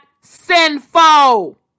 sinful